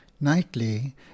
nightly